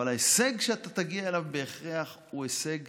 אבל ההישג שאתה תגיע אליו בהכרח הוא הישג